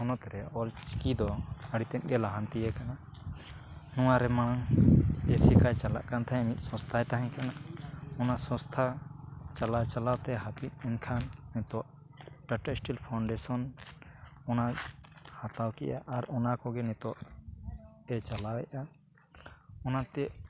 ᱦᱚᱱᱚᱛᱨᱮ ᱚᱞᱪᱤᱠᱤ ᱫᱚ ᱟᱹᱰᱤ ᱛᱮᱫᱜᱮ ᱞᱟᱦᱟᱱᱛᱤ ᱟᱠᱟᱱᱟ ᱱᱚᱣᱟ ᱨᱮᱢᱟ ᱮᱥᱮᱠᱟ ᱪᱟᱞᱟᱜ ᱠᱟᱱ ᱛᱟᱦᱮᱫ ᱢᱤᱫ ᱥᱚᱥᱛᱷᱟᱭ ᱛᱟᱦᱮᱸ ᱠᱟᱱᱟ ᱚᱱᱟ ᱥᱚᱥᱛᱷᱟ ᱪᱟᱞᱟᱣ ᱪᱟᱞᱟᱣᱛᱮ ᱦᱟᱹᱯᱤᱫ ᱮᱱᱠᱷᱟᱱ ᱱᱤᱛᱚᱜ ᱴᱟᱴᱟ ᱥᱴᱤᱞ ᱯᱷᱟᱣᱩᱱᱰᱮᱥᱚᱱ ᱚᱱᱟᱭ ᱦᱟᱛᱟᱣ ᱠᱮᱫᱼᱟ ᱟᱨ ᱚᱱᱟᱠᱚᱜᱮ ᱱᱤᱛᱚᱜ ᱮ ᱪᱟᱞᱟᱣᱮᱜᱼᱟ ᱚᱱᱟᱛᱮ